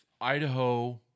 Idaho